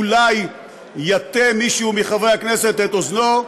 אולי יטה מישהו מחברי הכנסת את אוזנו,